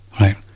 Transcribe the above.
Right